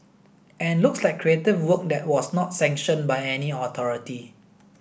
and looks like creative work that was not sanctioned by any authority